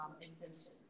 exemptions